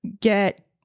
get